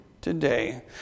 today